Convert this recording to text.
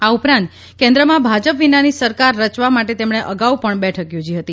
આ ઉપરાંત કેન્દ્રમાં ભાજપ વિનાની સરકાર રચવા માટે તેમણે અગાઉ પણ બેઠક યોજી હતી